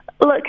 Look